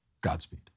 Godspeed